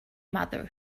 mother